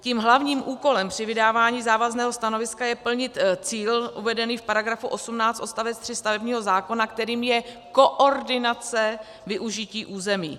Tím hlavním úkolem při vydávání závazného stanoviska je plnit cíl uvedený v § 18 odst. 3 stavebního zákona, kterým je koordinace využití území.